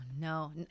no